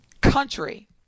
country